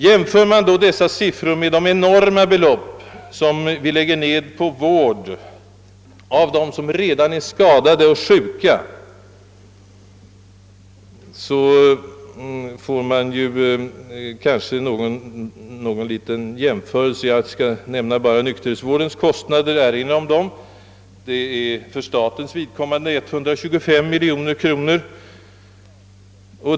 Jämför man dessa siffror med de enorma belopp som vi lägger ned på vård av dem som redan är skadade och sjuka, får man sig kanske en liten tankeställare. Jag skall bara erinra om nykterhetsvårdens kostnader. De utgör nu för statens vidkommande 125 miljoner kronor per år.